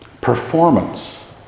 performance